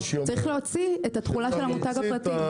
צריך להוציא את התכולה של המותג הפרטי.